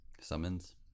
Summons